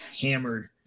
hammered